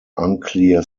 unclear